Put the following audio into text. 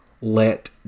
let